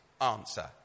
answer